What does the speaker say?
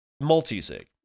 multi-sig